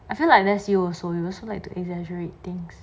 I feel like that's you also you also like to exaggerate things